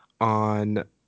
on